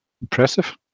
impressive